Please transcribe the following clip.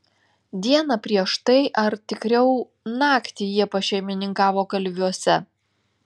dieną prieš tai ar tikriau naktį jie pašeimininkavo kalviuose